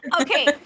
Okay